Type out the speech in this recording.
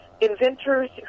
inventors